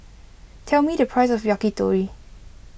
tell me the price of Yakitori